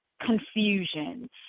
confusion